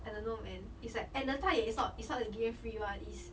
I don't know man it's like and the 代言 it's not it's not the give them free [one] is